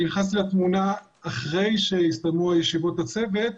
אני נכנסתי לתמונה אחרי שהסתיימו ישיבות הצוות,